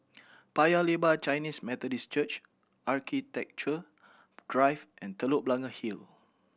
Paya Lebar Chinese Methodist Church Architecture Drive and Telok Blangah Hill